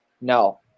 No